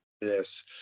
Yes